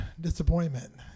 disappointment